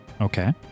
Okay